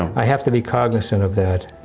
i have to be cognize and of that.